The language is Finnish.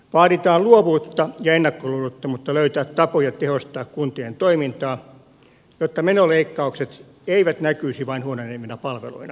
vaaditaan luovuutta ja ennakkoluulottomuutta löytää tapoja tehostaa kuntien toimintaa jotta menoleikkaukset eivät näkyisi vain huononevina palveluina